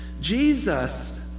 Jesus